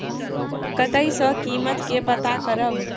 कतय सॅ कीमत के पता करब?